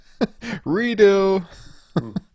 Redo